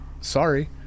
sorry